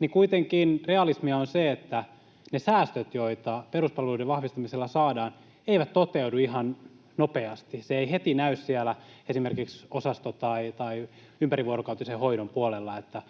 niin kuitenkin realismia on se, että ne säästöt, joita peruspalveluiden vahvistamisella saadaan, eivät toteudu ihan nopeasti. Se ei heti näy siellä, esimerkiksi osaston tai ympärivuorokautisen hoidon puolella, että